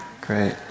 great